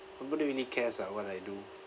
nobody really cares ah what I do